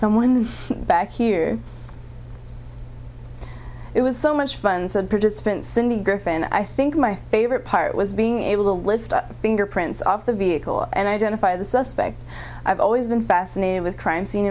someone back here it was so much fun said participants in the griffin i think my favorite part was being able to lift up fingerprints off the vehicle and identify the suspect i've always been fascinated with crime scene